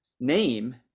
name